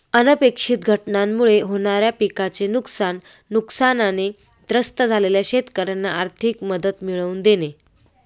अनपेक्षित घटनांमुळे होणाऱ्या पिकाचे नुकसान, नुकसानाने त्रस्त झालेल्या शेतकऱ्यांना आर्थिक मदत मिळवून देणे